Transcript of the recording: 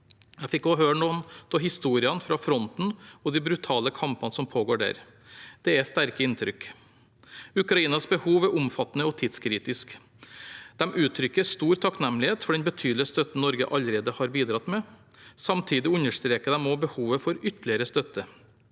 Jeg fikk også høre noen av historiene fra fronten og de brutale kampene som pågår der. Det er sterke inntrykk. Ukrainas behov er omfattende og tidskritiske. De uttrykker stor takknemlighet for den betydelige støtten Norge allerede har bidratt med. Samtidig understreker de også behovet for ytterligere støtte.